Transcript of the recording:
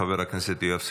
חבר הכנסת יוסף עטאונה,